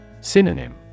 Synonym